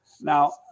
now